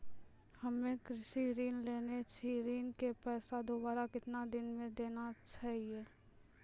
हम्मे कृषि ऋण लेने छी ऋण के पैसा दोबारा कितना दिन मे देना छै यो?